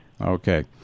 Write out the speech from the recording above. Okay